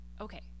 Okay